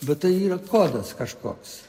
bet tai yra kodas kažkoks